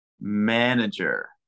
Manager